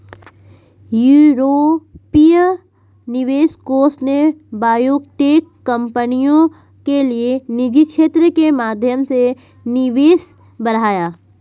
यूरोपीय निवेश कोष ने बायोटेक कंपनियों के लिए निजी क्षेत्र के माध्यम से निवेश बढ़ाया